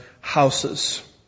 houses